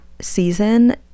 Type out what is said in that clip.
season